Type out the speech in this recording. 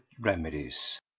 remedies